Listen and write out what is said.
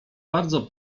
bardzo